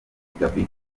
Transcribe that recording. gaby